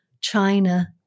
China